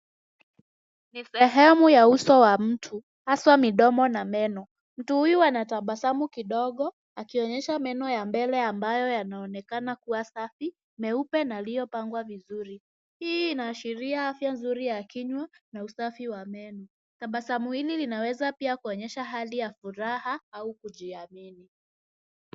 Ni sehemu ya uso wa mtu haswa midomo na meno, mtu huyu anatabasamu kidogo akionyesha meno ya mbele ambayo yanaonekana kua safi, meupe na yaliyopangwa vizuri, hii inaashiria afya nzuri ya kinywa na usafi wa meno, tabasamu hili linaweza kuonyesha hali ya furaha au kujiamini.